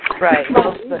Right